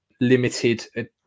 limited